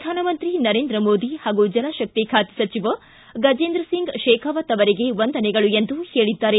ಪ್ರಧಾನಮಂತ್ರಿ ನರೇಂದ್ರ ಮೋದಿ ಹಾಗೂ ಜಲಶಕ್ತಿ ಖಾತೆ ಸಚಿವ ಗಜೇಂದ್ರಸಿಂಗ್ ಶೇಖಾವತ್ ಅವರಿಗೆ ವಂದನೆಗಳು ಎಂದು ಹೇಳಿದ್ದಾರೆ